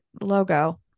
logo